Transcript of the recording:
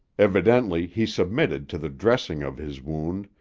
evidently he submitted to the dressing of his wound,